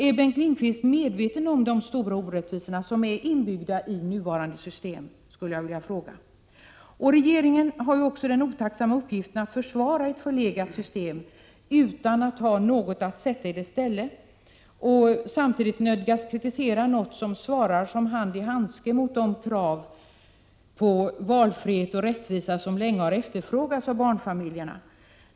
Är Bengt Lindqvist medveten om de stora orättvisor som finns inbyggda i nuvarande system? skulle jag vilja fråga. Regeringen har ju också den otacksamma uppgiften att försvara ett förlegat system, utan att ha något att sätta i dess ställe. Samtidigt nödgas man kritisera något som passar som hand i handske mot de krav på valfrihet och rättvisa som länge har framförts av barnfamiljerna.